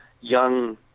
young